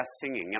singing